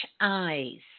eyes